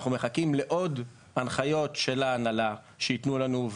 אנחנו מחכים לעוד הנחיות של ההנהלה שיתנו לנו,